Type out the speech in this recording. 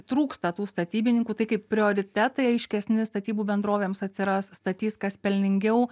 trūksta tų statybininkų tai kaip prioritetai aiškesni statybų bendrovėms atsiras statys kas pelningiau